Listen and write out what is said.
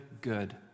good